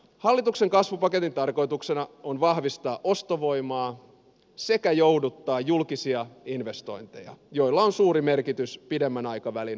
hallituksen kasvupaketin tarkoituksena on vahvistaa ostovoimaa sekä jouduttaa julkisia investointeja joilla on suuri merkitys pidemmän aikavälin kasvupotentiaalille